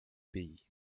pays